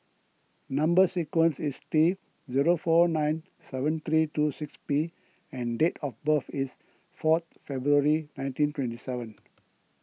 Number Sequence is T zero four nine seven three two six P and date of birth is fourth February nineteen twenty seven